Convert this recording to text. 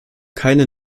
keine